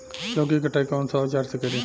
लौकी के कटाई कौन सा औजार से करी?